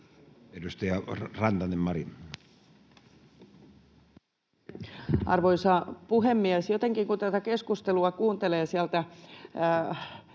Edustaja Rantanen, Mari. Arvoisa puhemies! Kun tätä keskustelua kuuntelee sieltä